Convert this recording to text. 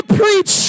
preach